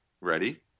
Ready